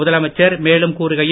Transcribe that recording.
முதலமைச்சர் மேலும் கூறுகையில்